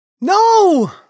No